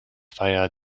via